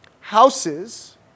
houses